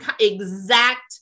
exact